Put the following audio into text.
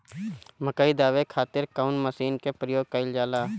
मकई दावे खातीर कउन मसीन के प्रयोग कईल जाला?